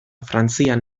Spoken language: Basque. frantzian